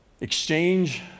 exchange